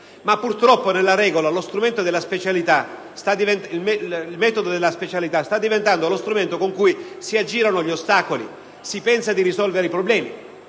Tuttavia, il metodo della specialità sta diventando lo strumento con cui si aggirano gli ostacoli e si pensa di risolvere i problemi.